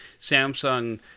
Samsung